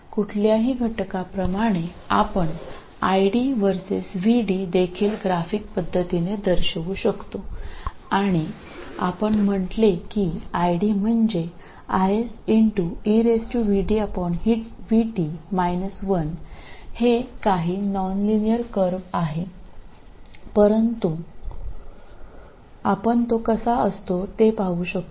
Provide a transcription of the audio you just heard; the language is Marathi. कुठल्याही घटकाप्रमाणे आपण ID vs VD देखील ग्राफिक पद्धतीने दर्शवू शकतो आणि आपण म्हटले की ID म्हणजे IS हे काही नॉनलिनियर कर्व आहे परंतु आपण तो कसा असतो ते पाहू शकतो